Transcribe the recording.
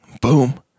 Boom